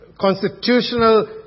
constitutional